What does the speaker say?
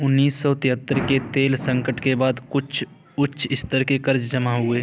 उन्नीस सौ तिहत्तर के तेल संकट के बाद कुछ उच्च स्तर के कर्ज जमा हुए